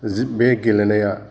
बे गेलेनाया